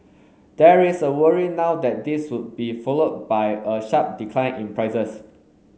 there is a worry now that this would be followed by a sharp decline in prices